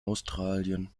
australien